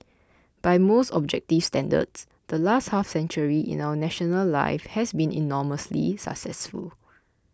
by most objective standards the last half century in our national life has been enormously successful